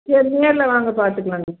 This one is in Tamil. சரி நேர்ல வாங்க பார்த்துக்கலாம் நீங்கள்